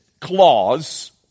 clause